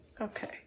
Okay